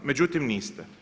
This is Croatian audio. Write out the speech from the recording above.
Međutim niste.